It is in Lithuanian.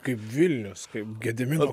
kaip vilnius kaip gedimino